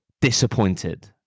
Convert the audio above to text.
disappointed